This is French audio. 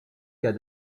cas